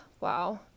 wow